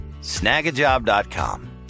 snagajob.com